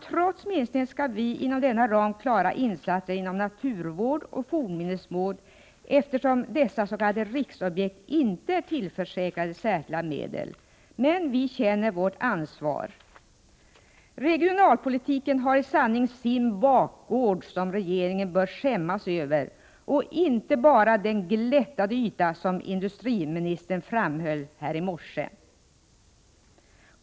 Trots minskningen skall vi inom denna ram klara insatser inom naturvård och fornminnesvård, eftersom dessa s.k. riksobjekt inte är tillförsäkrade särskilda medel — men vi känner vårt ansvar. Regionalpolitiken har i sanning sin bakgård som regeringen bör skämmas över — inte bara den glättade yta som industriministern framhöll här i morse.